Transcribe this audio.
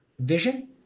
vision